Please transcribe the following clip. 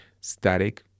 static